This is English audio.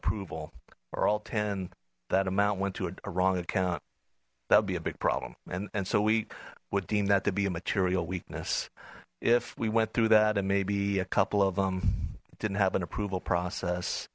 approval or all ten that amount went to a wrong account that would be a big problem and and so we would deem that to be a material weakness if we went through that and maybe a couple of them didn't have an approval